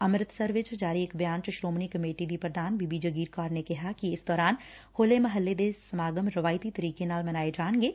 ਅੰਮਿਤਸਰ ਚ ਜਾਰੀ ਇਕ ਬਿਆਨ ਚ ਸ੍ਰੋਮਣੀ ਕਮੇਟੀ ਦੀ ਪ੍ਰਧਾਨ ਬੀਬੀ ਜਾਗੀਰ ਕੌਰ ਨੇ ਕਿਹਾ ਕਿ ਇਸ ਦੌਰਾਨ ਹੋਲੇ ਮਹੱਲੇ ਦੇ ਸਮਾਗਮ ਰਵਾਇਤੀ ਤਰੀਕੇ ਨਾਲ ਮਨਾਏ ਜਾਣਗੇ